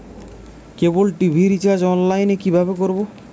কেবল TV recharge online এ কিভাবে করব?